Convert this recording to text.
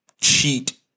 cheat